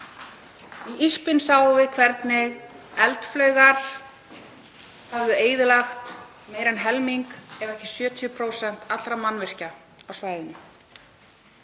Í Irpin sáum við hvernig eldflaugar höfðu eyðilagt meira en helming ef ekki 70% allra mannvirkja á svæðinu.